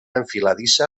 enfiladissa